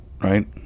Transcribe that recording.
right